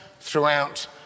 throughout